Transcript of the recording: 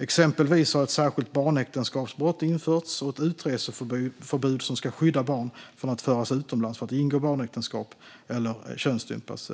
Exempelvis har ett särskilt barnäktenskapsbrott införts, liksom ett utreseförbud som ska skydda barn från att föras utomlands för att ingå barnäktenskap eller könsstympas.